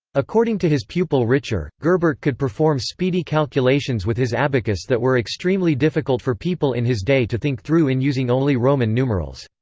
according to his pupil richer, gerbert could perform speedy calculations with his abacus that were extremely difficult for people in his day to think through in using only roman numerals.